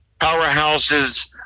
powerhouses